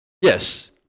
Yes